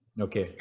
Okay